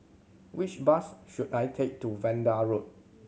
which bus should I take to Vanda Road